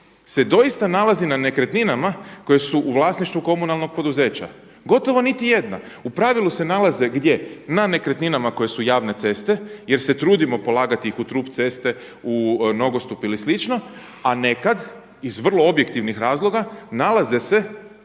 se doista nalazi na nekretninama koje su u vlasništvu komunalnog poduzeća. Gotovo niti jedna. U pravilu se nalaze gdje? Na nekretninama koje su javne ceste jer se trudimo polagati ih u trup ceste, u nogostup ili slično. A nekad iz vrlo objektivnih razloga nalaze se,